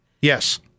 yes